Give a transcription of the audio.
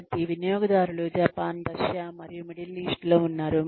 కాబట్టి వినియోగదారులు Japan Russia మరియు మిడిల్ ఈస్ట్ లో ఉన్నారు